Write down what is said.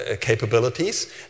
capabilities